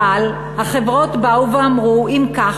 אבל החברות באו ואמרו: אם כך,